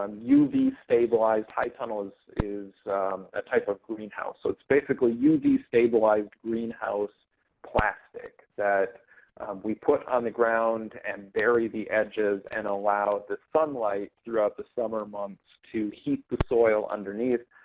um uv-stabilized high tunnel is is a type of greenhouse. so it's basically uv-destabilized greenhouse plastic that we put on the ground and bury the edges and allow the sunlight, throughout the summer months, to heat the soil underneath,